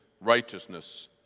righteousness